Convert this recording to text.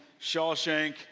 Shawshank